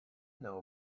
know